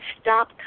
stop